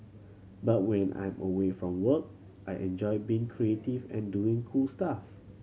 but when I'm away from work I enjoy being creative and doing cool stuff